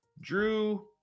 Drew